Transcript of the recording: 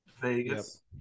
Vegas